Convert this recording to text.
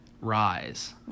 Rise